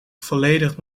volledig